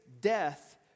death